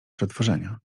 przetworzenia